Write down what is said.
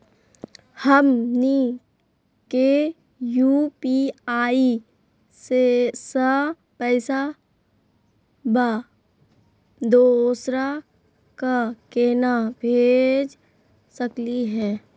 हमनी के यू.पी.आई स पैसवा दोसरा क केना भेज सकली हे?